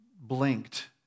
blinked